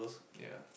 yeah